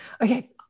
Okay